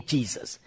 Jesus